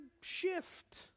shift